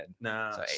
no